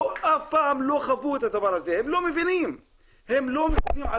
אף פעם לא חוו את הדבר הזה, הם לא מבינים.